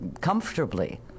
comfortably